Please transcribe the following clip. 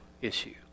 issue